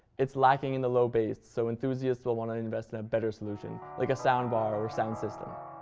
it's lacking in the low-bass, so enthusiast will want to invest in better solution, like a soundbar or sound system.